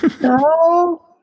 no